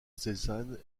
cézanne